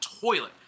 toilet